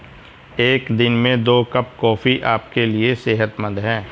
एक दिन में दो कप कॉफी आपके लिए सेहतमंद है